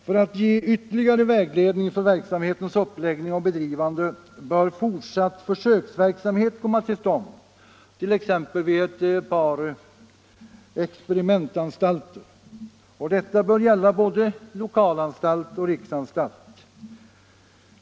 För att ge ytterligare vägledning för verksamhetens uppläggning och bedrivande bör fortsatt försöksverksamhet komma till stånd t.ex. vid ett par experimentanstalter. Och detta bör gälla både lokalanstalt och riksanstalt.